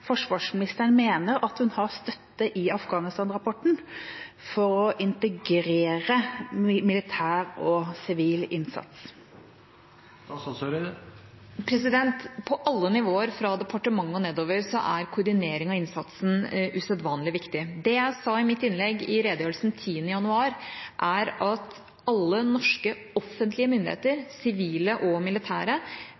forsvarsministeren mener at hun har støtte i Afghanistan-rapporten for å integrere militær og sivil innsats. På alle nivå fra departementet og nedover er koordinering av innsatsen usedvanlig viktig. Det jeg sa i redegjørelsen 10. januar, var at alle norske offentlige myndigheter,